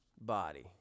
body